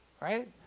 right